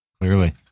Clearly